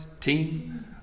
team